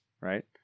right